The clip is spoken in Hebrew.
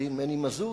עורך-דין מני מזוז,